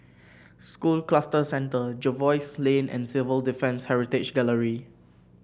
School Cluster Centre Jervois Lane and Civil Defence Heritage Gallery